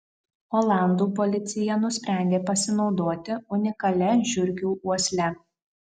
olandų policija nusprendė pasinaudoti unikalia žiurkių uosle